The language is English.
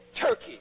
Turkey